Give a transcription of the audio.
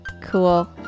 Cool